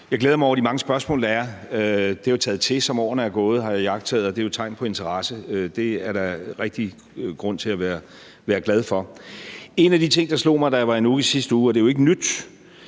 Jeg glæder mig over de mange spørgsmål, der er. Det er jo taget til, som årene er gået, har jeg iagttaget, og det er jo et tegn på interesse. Det er der grund til at være glad for. En af de ting, der slog mig, da jeg var i Nuuk i sidste uge, og det er jo ikke nyt,